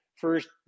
first